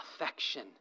affection